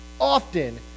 Often